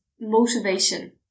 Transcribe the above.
motivation